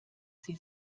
sie